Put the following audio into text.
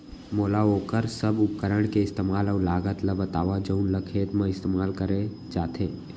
मोला वोकर सब उपकरण के इस्तेमाल अऊ लागत ल बतावव जउन ल खेत म इस्तेमाल करे जाथे?